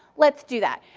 let's do that.